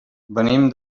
venim